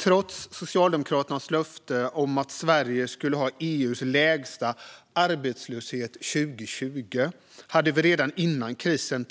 Trots Socialdemokraternas löfte om att Sverige skulle ha EU:s lägsta arbetslöshet 2020 hade vi redan före krisen